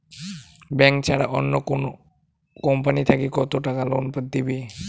Bank ছাড়া অন্য কোনো কোম্পানি থাকি কত টাকা লোন দিবে?